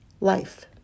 life